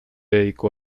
dedicó